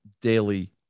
daily